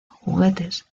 juguetes